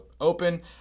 open